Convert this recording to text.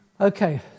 Okay